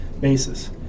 basis